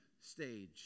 stage